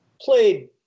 played